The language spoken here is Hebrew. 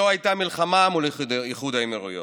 לא הייתה מלחמה מול איחוד האמירויות,